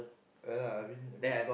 ya lah I mean a bit